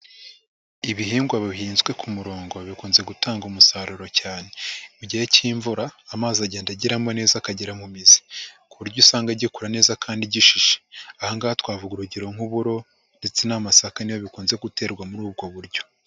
Ibihingwa bihinzwe ku murongo, bikunze gutanga umusaruro cyane. Mu gihe k'imvura amazi agenda ageramo neza, akagera mu mizi ku buryo usanga gikura neza kandi gishishe. Aha ngaha twavuga urugero nk'uburo ndetse n'amasaka ni yo bikunze guterwa muri ubwo buryo.